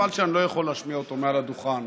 חבל שאני לא יכול להשמיע אותו מעל הדוכן,